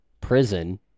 prison